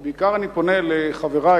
ובעיקר אני פונה לחברי,